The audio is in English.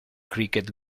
cricket